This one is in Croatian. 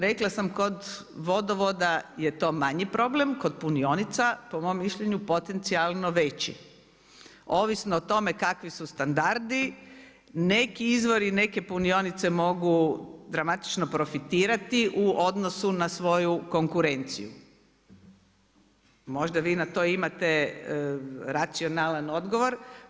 Rekla sam kod vodovoda je to manji problem, kod punionica, po mom mišljenju potencijalno veći, ovisno o tome kakvi su standardi, neki izvori, neke punionice mogu dramatično profitirati u odnosu na svoju konkurenciju, možda vi na to imate racionalan odgovor.